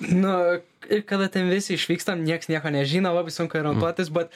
nu ir kada ten visi išvykstam nieks nieko nežino labai sunku orientuotis bat